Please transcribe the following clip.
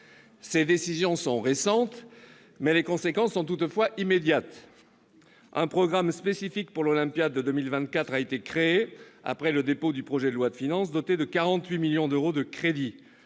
Ces décisions sont récentes, mais leurs conséquences sont immédiates. Un programme spécifique pour l'Olympiade de 2024 a été créé après le dépôt du projet de loi de finances, doté de 48 millions d'euros de crédits.